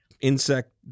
insect